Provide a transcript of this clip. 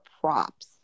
props